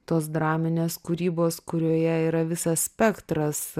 tos draminės kūrybos kurioje yra visas spektras